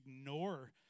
ignore